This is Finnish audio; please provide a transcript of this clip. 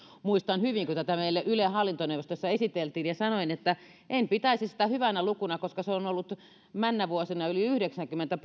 muistan hyvin kun tätä meille ylen hallintoneuvostossa esiteltiin ja sanoin että en pitäisi sitä hyvänä lukuna koska se on ollut männävuosina yli yhdeksänkymmentä prosenttia